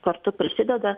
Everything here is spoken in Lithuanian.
kartu prisideda